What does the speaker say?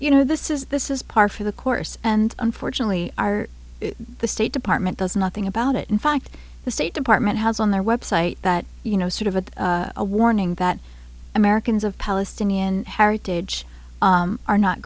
you know this is this is par for the course and unfortunately are the state department does nothing about it in fact the state department has on their website that you know sort of a warning that americans of palestinian heritage are not